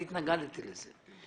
אני התנגדתי לזה.